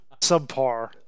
subpar